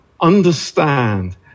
understand